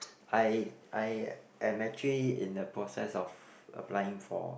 I I am actually in the process of applying for